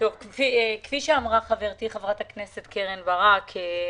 כפי שאמרה חברתי חברת הכנסת קרן ברק,